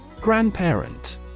Grandparent